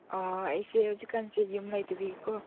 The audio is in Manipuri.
ꯑꯩꯁꯦ ꯍꯧꯖꯤꯛꯀꯥꯟꯁꯦ ꯌꯨꯝ ꯂꯩꯇꯕꯒꯤꯀꯣ